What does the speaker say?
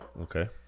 Okay